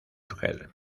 urgel